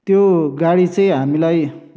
त्यो गाडी चाहिँ हामीलाई